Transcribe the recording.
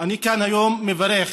אני היום מברך